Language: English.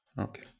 Okay